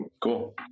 Cool